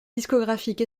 discographique